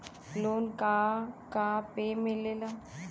Loan का का पे मिलेला?